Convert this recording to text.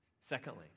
Secondly